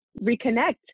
reconnect